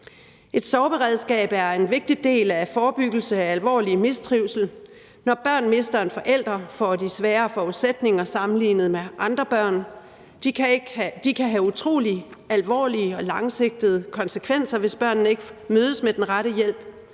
Et sorgberedskab er en vigtig del af forebyggelse af alvorlig mistrivsel. Når børn mister en forælder, får de sværere forudsætninger sammenlignet med andre børn, og det kan have utrolig alvorlige og langsigtede konsekvenser, hvis børnene ikke mødes med den rette hjælp.